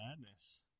madness